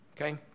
Okay